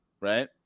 right